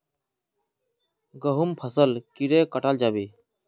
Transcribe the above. गहुम फसल कीड़े कटाल जाबे?